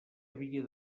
havia